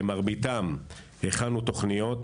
למרביתם הכנו תוכניות,